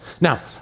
Now